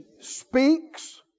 Speaks